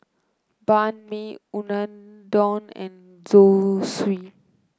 Banh Mi Unadon and Zosui